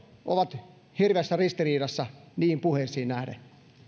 ovat hirveässä ristiriidassa niihin puheisiin nähden